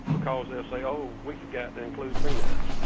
because they'll say, oh, we forgot to include peanuts.